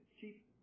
cheap